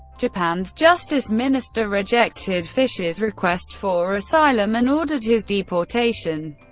japan's justice minister rejected fischer's request for asylum and ordered his deportation.